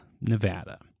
nevada